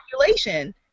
population